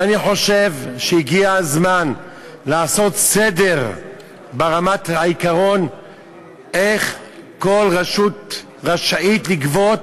ואני חושב שהגיע הזמן לעשות סדר ברמת העיקרון איך כל רשות רשאית לגבות.